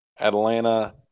Atlanta